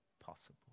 possible